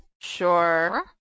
Sure